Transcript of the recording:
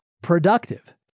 productive